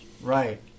Right